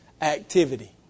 activity